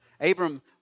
Abram